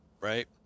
right